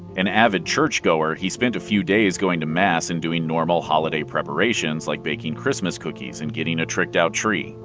an avid churchgoer, he spent a few days going to mass and doing normal holiday preparations, like baking christmas cookies and getting a tricked-out tree.